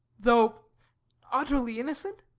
though utterly innocent?